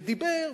ודיבר,